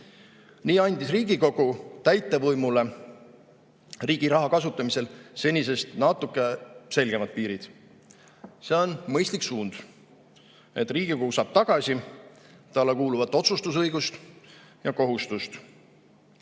Nii andis Riigikogu täitevvõimule riigi raha kasutamisel senisest natuke selgemad piirid. See on mõistlik suund, et Riigikogu saab tagasi talle kuuluvat otsustusõigust ja -kohustust.